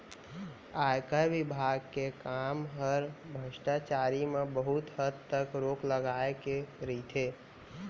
आयकर विभाग के काम हर भस्टाचारी म बहुत हद तक रोक लगाए के रइथे